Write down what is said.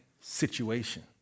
situation